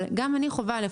אבל גם אני חווה את זה,